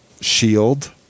shield